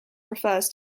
refers